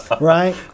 right